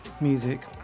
music